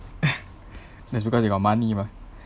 that's because you got money mah